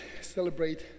celebrate